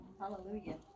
Hallelujah